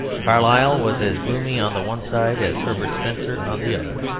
carlyle was as gloomy on the one side as herbert spencer on the other.